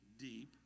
deep